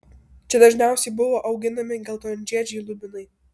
čia dažniausiai buvo auginami geltonžiedžiai lubinai